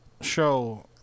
show